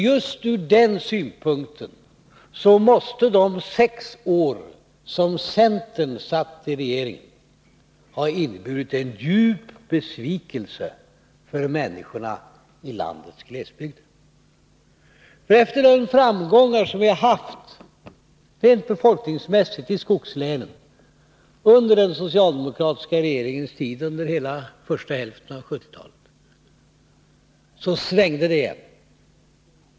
Just ur den synpunkten måste nämligen de sex år som centern satt i regering ha inneburit en djup besvikelse för människorna i landets glesbygder. Efter de framgångar som vi rent befolkningsmässigt hade i skogslänen under den socialdemokratiska regeringstiden under hela första hälften av 1970-talet svängde det igen.